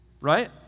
right